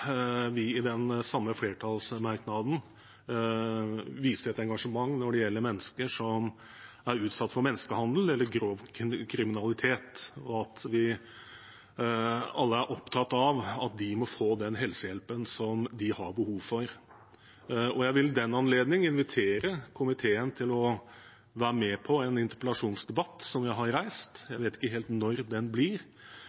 vi i den samme flertallsmerknaden viser et engasjement når det gjelder mennesker som er utsatt for menneskehandel eller grov kriminalitet, og at vi alle er opptatt av at de må få den helsehjelpen de har behov for. Jeg vil i den anledning invitere komiteen til å være med på en interpellasjonsdebatt som vi har reist – jeg